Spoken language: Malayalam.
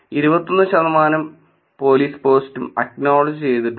21 ശതമാനം പോലീസ് പോസ്റ്റും അക്നോളഡ്ജ് ചെയ്തിട്ടുണ്ട്